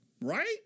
right